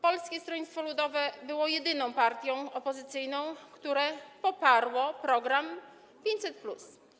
Polskie Stronnictwo Ludowe było jedyną partią opozycyjną, które poparło program 500+.